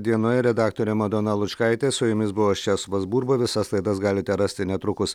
dienoje redaktorė madona lučkaitė su jumis buvau aš česlovas burba visas laidas galite rasti netrukus